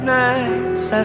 nights